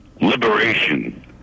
liberation